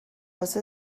واسه